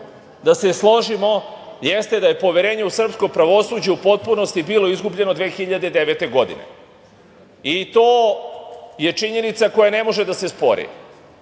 da se složimo, jeste da je poverenje u srpskom pravosuđu u potpunosti bilo izgubljeno 2009. godine i to je činjenica koja ne može da se spori,